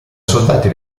soldati